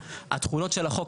התכולות של החוק,